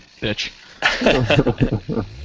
bitch